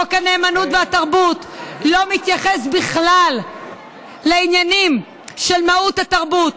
חוק הנאמנות והתרבות לא מתייחס בכלל לעניינים של מהות התרבות.